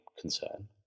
concern